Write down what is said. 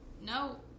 no